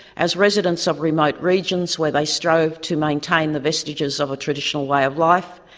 as residents of remote regions where they strove to maintain the vestiges of a traditional way of life,